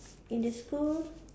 in the school